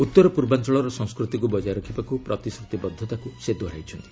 ଉତ୍ତରପୂର୍ବାଞ୍ଚଳର ସଂସ୍କୃତିକୁ ବଜାୟ ରଖିବାକୁ ପ୍ରତିଶ୍ରତିବଦ୍ଧତାକୁ ସେ ଦୋହରାଇଛନ୍ତି